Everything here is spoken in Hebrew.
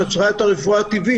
שעצרה את הרפואה הטבעית.